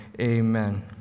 amen